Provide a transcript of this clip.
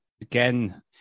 again